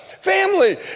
family